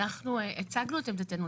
אנחנו הצגנו את עמדתנו.